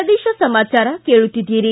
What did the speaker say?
ಪ್ರದೇಶ ಸಮಾಚಾರ ಕೇಳುತ್ತಿದ್ದೀರಿ